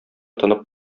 тынып